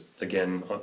again